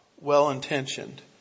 well-intentioned